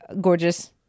gorgeous